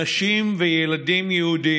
נשים וילדים יהודים.